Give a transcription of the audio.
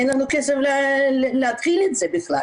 אין לנו כסף להתחיל את זה בכלל.